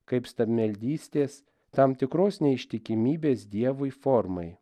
kaip stabmeldystės tam tikros neištikimybės dievui formai